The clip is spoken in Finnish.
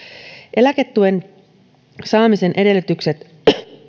eläketuen saamisen edellytykset